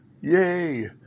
yay